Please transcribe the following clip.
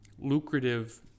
lucrative